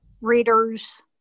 reader's